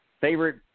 favorite